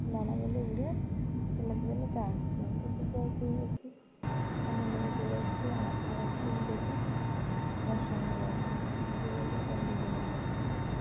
ডানা মেলে উড়ে আসছে আমি তো খুব ভয় পেয়ে গেছি তখন নেমে চলে এসছি আমার আরেকজন দেখে আমার সঙ্গে গেছে নিজে বলতে চল দুজনে ধরব